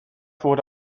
wurde